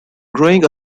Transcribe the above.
growing